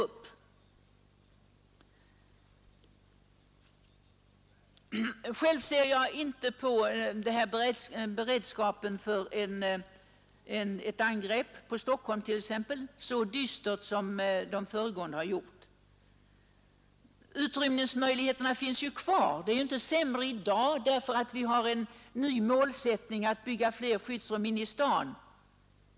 Jag ser heller inte så dystert på civilförsvarsberedskapen som de föregående talarna har gjort,, Om det t.ex gäller ett angrepp på Stockholm finns ju utrymningsmöjligheterna kvar. De är inte sämre i dag därför att vi nu har en ny målsättning, nämligen att bygga fler skyddsrum inne i staden.